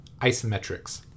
isometrics